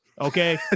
Okay